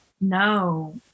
No